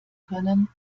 können